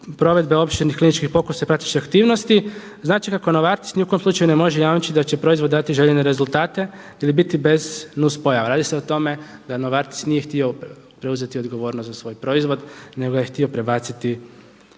provedbe …/Govornik se ne razumije./… aktivnosti znači kako Novartis ni u kom slučaju ne može jamčiti da će proizvod dati željene rezultate ili biti bez nus pojava. Radi se da Novartis nije htio preuzeti odgovornost za svoj proizvod nego ga je htio prebaciti,